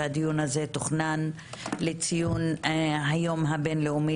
שהדיון הזה תוכנן לציון היום הבינלאומי